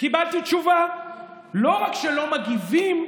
בונים להם,